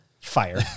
fire